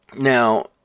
Now